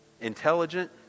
intelligent